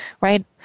right